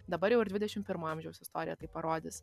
dabar jau ir dvidešim pirmo amžiaus istorija tai parodys